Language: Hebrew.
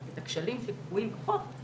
את הכשלים הקבועים בחוק,